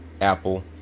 Apple